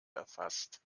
erfasst